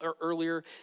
earlier